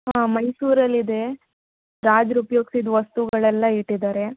ಹಾಂ ಮೈಸೂರಲ್ಲಿದೆ ರಾಜರು ಉಪಯೋಗಿಸಿದ ವಸ್ತುಗಳೆಲ್ಲ ಇಟ್ಟಿದ್ದಾರೆ